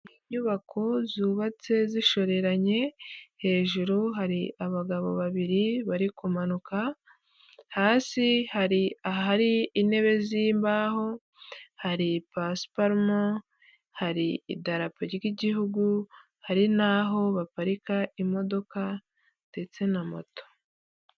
Inyubako zubatse zishoreranye, hejuru hari abagabo babiri bari kumanuka, hasi hari ahari intebe z'imbaho, hari pasuparumu, hari idarapo ry'Igihugu, hari n'aho baparika imodoka ndetse na moto.